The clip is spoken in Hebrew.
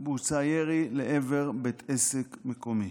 בוצע ירי לעבר בית עסק מקומי,